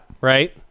Right